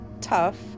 tough